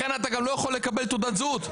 לכן אתה גם לא יכול לקבל תעודת זהות.